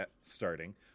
starting